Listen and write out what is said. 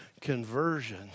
conversion